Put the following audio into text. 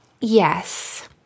yes